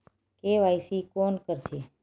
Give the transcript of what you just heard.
KYC कोन करथे?